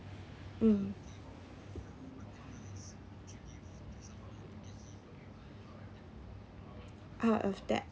mm part of that